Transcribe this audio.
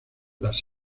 las